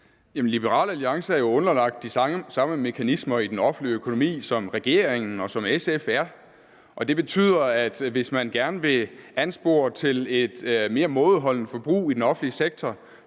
Liberal Alliance er jo underlagt de samme mekanismer i den offentlige økonomi, som regeringen og SF er. Det betyder, at hvis man gerne vil anspore til et mere mådeholdent forbrug i den offentlige sektor,